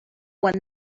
one